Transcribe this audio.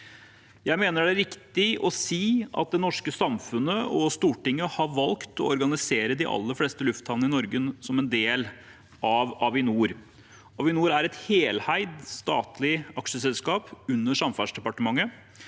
Jeg mener det er riktig å si at det norske samfunnet og Stortinget har valgt å organisere de aller fleste lufthavnene i Norge som en del av Avinor. Avinor er et heleid statlig aksjeselskap under Samferdselsdepartementet,